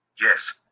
Yes